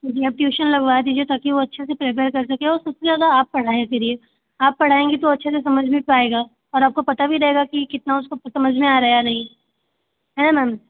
जी अब ट्यूशन लगवा दीजिए ताकि वो अच्छे से प्रेपेयर कर सके और उससे ज़्यादा आप पढ़ाएँ करिए आप पढ़ाएँगी तो अच्छे समझ में भी पाएगा और आपको पता भी रहेगा कि कितना उसको समझ में आ रहा है या नहीं